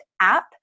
app